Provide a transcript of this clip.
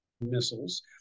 missiles